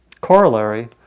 corollary